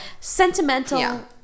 Sentimental